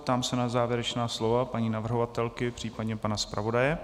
Ptám se na závěrečná slova paní navrhovatelky, případně pana zpravodaje.